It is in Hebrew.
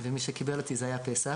ומי שקיבל אותי היה פסח.